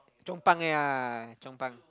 Chong-pang ya Chong-pang